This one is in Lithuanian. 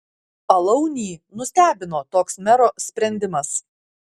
alaunį nustebino toks mero sprendimas